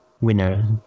winner